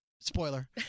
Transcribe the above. Spoiler